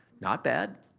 not bad,